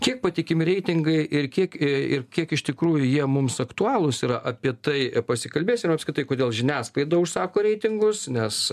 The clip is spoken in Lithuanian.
kiek patikimi reitingai ir kiek ir kiek iš tikrųjų jie mums aktualūs yra apie tai pasikalbės ir apskritai kodėl žiniasklaida užsako reitingus nes